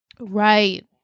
Right